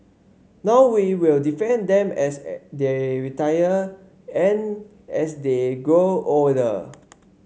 now we will defend them as they retire and as they grow older